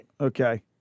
Okay